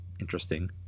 interesting